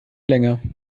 länger